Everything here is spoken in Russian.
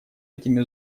этими